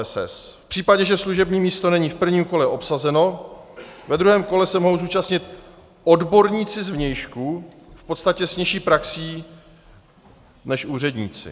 V případě, že služební místo není v prvním kole obsazeno, ve druhém kole se mohou zúčastnit odborníci zvnějšku v podstatě s nižší praxí než úředníci.